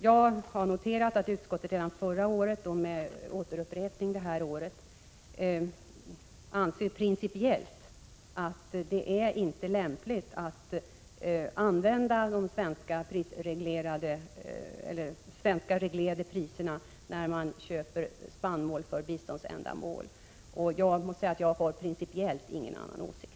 Jag har noterat att utskottet redan förra året, och med återupprepning i år, principiellt ansett att det inte är lämpligt att använda de svenska reglerade priserna när man köper spannmål för biståndsändamål. Jag måste säga att jag principiellt inte har någon annan åsikt.